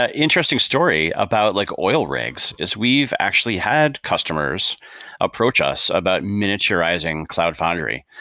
ah interesting story about like oil rigs is we've actually had customers approach us about miniaturizing cloud foundry,